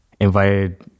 invited